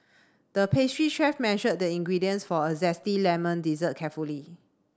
the pastry chef measured the ingredients for a zesty lemon dessert carefully